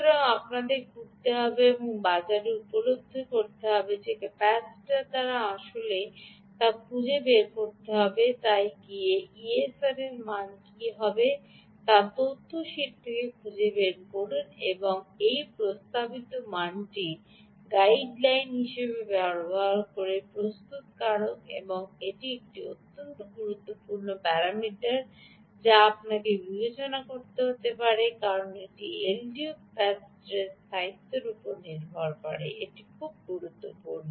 সুতরাং আপনাকে ঘুরতে হবে এবং বাজারে উপলব্ধ কোনও ক্যাপাসিটর দ্বারা আসলে তা খুঁজে বের করতে হবে না গিয়ে ESR এর মান কী হবে তা তথ্য শীট থেকে খুঁজে বের করুন এবং সেই প্রস্তাবিত মানটি গাইডলাইন হিসাবে সরবরাহ করেছিলেন প্রস্তুতকারক সুতরাং এটি একটি গুরুত্বপূর্ণ প্যারামিটার যা আপনাকে বিবেচনা করতে হতে পারে কারণ এটি এলডিওর ক্যাপাসিটরের স্থায়িত্বের উপর নির্ভর করে এটি খুব গুরুত্বপূর্ণ